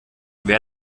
wer